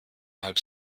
halb